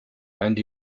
and